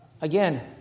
again